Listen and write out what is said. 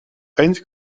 heinz